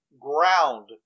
ground